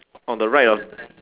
on the right of